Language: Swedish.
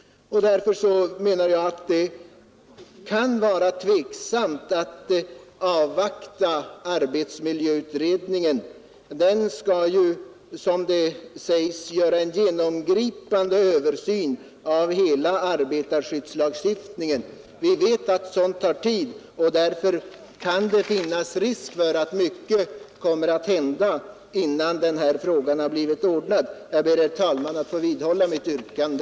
Därför menar jag att det är onödigt att avvakta arbetsmiljöutredningen. Den skall ju, som det säges, göra en genomgripande översyn av hela arbetarskyddslagstiftningen. Vi vet att sådant tar tid, och därför kan det finnas risk för att mycket kan hända innan denna fråga blir ordnad. Jag ber, herr talman, att få vidhålla mitt yrkande.